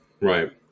right